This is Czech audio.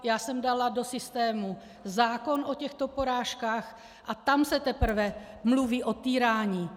Já jsem dala do systému zákon o těchto porážkách a tam se teprve mluví o týrání.